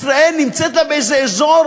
סינג'רו אותך היום להיות פה אתנו,